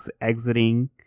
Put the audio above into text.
exiting